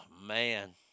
man